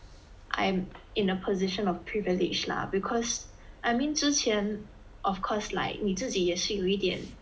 I'm in a position of privilege lah because I mean 之前 of course like 你自己也是有一点